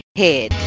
head